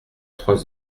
trois